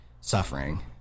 suffering